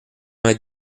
vingt